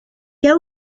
què